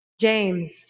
James